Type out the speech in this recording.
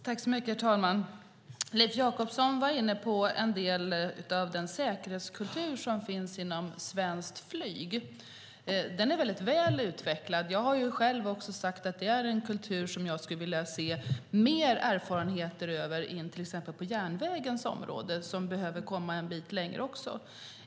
Herr talman! Leif Jakobsson var inne på en del av den säkerhetskultur som finns inom svenskt flyg. Den är väl utvecklad, och jag har sagt att det är en kultur som jag skulle vilja se mer av också på järnvägens område. Där behöver man ju komma en bit längre.